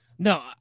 No